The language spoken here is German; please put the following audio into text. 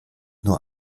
nur